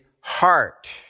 heart